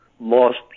lost